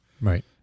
right